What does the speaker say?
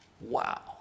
Wow